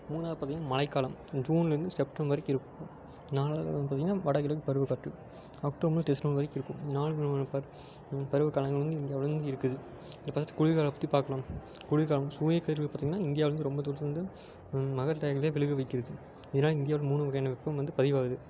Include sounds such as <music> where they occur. மூணாவது பார்த்தீங்கன்னா மழைக்காலம் ஜூனில் இருந்து செப்டம்பர் வரைக்கும் இருக்கும் நாலாவதாக வந்து பார்த்தீங்கன்னா வட கிடக்கு பருவக் காற்று அக்டோம்பர் டிசம்பர் வரைக்கும் இருக்கும் இந்த நாலு <unintelligible> இந் பருவக் காலங்களும் இங்கே வழங்கி இருக்குது இப்போ ஃபர்ஸ்ட் குளிர் காலத்தைப் பற்றி பார்க்கலாம் குளிர் காலம் சூரியக் கதிர்கள் பார்த்தீங்கன்னா இந்தியாவில் இருந்து ரொம்ப தூரத்தில் இருந்து மகர் டைமில் விழுக வைக்கிறது இதனால் இந்தியாவோடய மூணு வகையான வெப்பம் வந்து பதிவாகுது